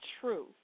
true